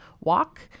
Walk